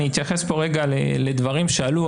אני אתייחס פה רגע לדברים שעלו,